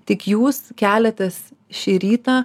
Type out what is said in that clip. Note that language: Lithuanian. tik jūs keliatės šį rytą